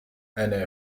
أنا